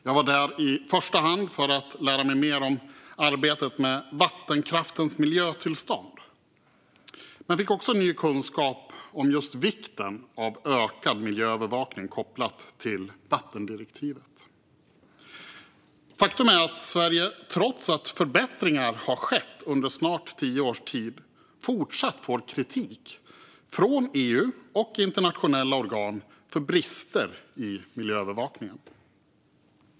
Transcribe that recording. Jag var där i första hand för att lära mig mer om arbetet med vattenkraftens miljötillstånd men fick också ny kunskap om just vikten av ökad miljöövervakning kopplat till vattendirektivet. Faktum är att Sverige trots att förbättringar har skett under snart tio års tid fortsatt får kritik från EU och internationella organ för brister i miljöövervakningen.